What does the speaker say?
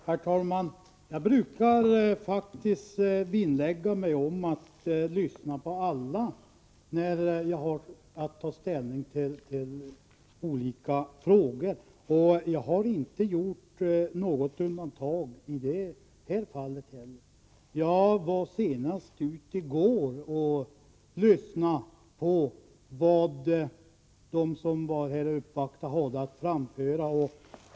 Herr talman! Jag brukar faktiskt vinnlägga mig om att lyssna på alla när jag har att ta ställning i olika frågor. Inte heller i detta fall har jag gjort något undantag. Senast i går lyssnade jag på vad uppvaktande personer hade att framföra.